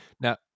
Now